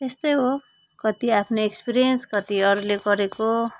यस्तै हो कति आफ्नो एक्सपिरियन्स कति अरूले गरेको